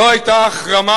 לא היתה החרמה,